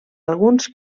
alguns